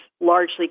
largely